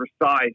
precise